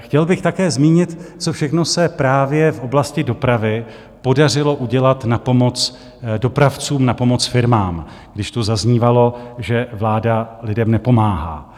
Chtěl bych také zmínit, co všechno se právě v oblasti dopravy podařilo udělat na pomoc dopravcům, na pomoc firmám, když tu zaznívalo, že vláda lidem nepomáhá.